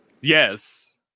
Yes